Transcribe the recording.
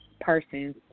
person's